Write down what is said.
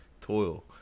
toil